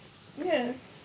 yes